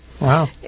Wow